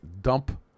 dump